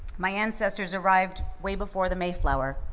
my ancestors arrived way before the mayflower.